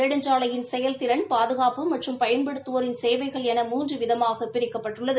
நெடுஞ்சாலையின் செயல் திறன் பாதுகாப்பு மற்றும் பயன்படுத்துவோரின் சேவைகள் என மூன்று விதமாக பிரிக்கப்பட்டுள்ளது